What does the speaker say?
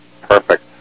Perfect